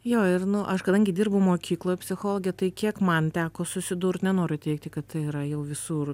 jo ir nu aš kadangi dirbu mokykloj psichologe tai kiek man teko susidurt nenoriu teigti kad tai yra jau visur